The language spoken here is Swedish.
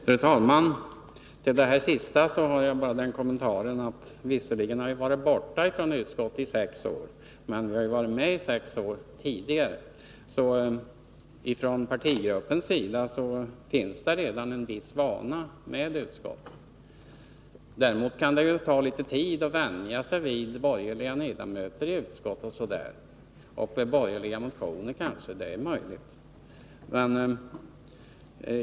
Fru talman! Till det senaste inlägget har jag bara den kommentaren, att visserligen har vpk varit borta från utskotten i sex år, men dessförinnan satt vi med i dem under lika lång tid. Partigruppen har alltså redan en viss vana av utskottsarbete. Däremot kan det ta tid att vänja sig vid borgerliga ledamöter i utskotten eller vid borgerliga motioner — det är möjligt.